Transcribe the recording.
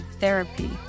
therapy